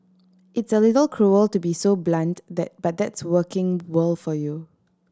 it's a little cruel to be so blunt that but that's working world for you